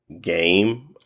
game